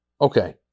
okay